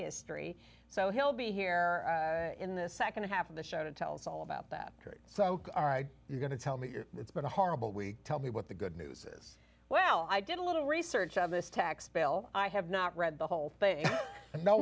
history so he'll be here in the nd half of the show tells all about that trick so you're going to tell me it's been a horrible week tell me what the good news is well i did a little research on this tax bill i have not read the whole thing and no